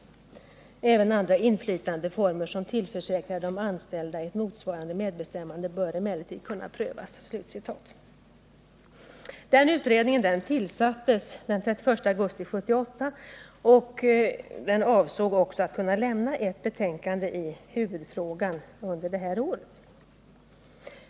Även andra inflytandeformer som tillförsäkrar de anställda ett motsvarande medbestämmande bör emellertid kunna prövas.” Utredningen tillsattes den 31 augusti 1978 och avsåg att lämna ett betänkande i huvudfrågan under det här året.